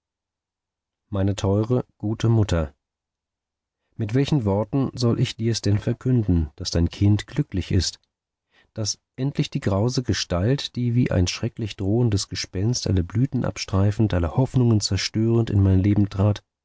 meine teure gute mutter mit welchen worten soll ich dir's denn verkünden daß dein kind glücklich ist daß endlich die grause gestalt die wie ein schrecklich drohendes gespenst alle blüten abstreifend alle hoffnungen zerstörend in mein leben trat